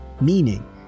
meaning